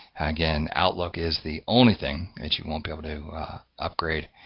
again, outlook is the only thing that you won't be able to upgrade.